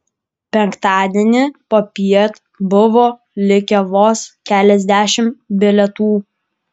penktadienį popiet buvo likę vos keliasdešimt bilietų